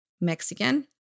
Mexican